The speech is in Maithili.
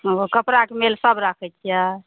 ओऽ कपड़ाके मेल सब राखय छियै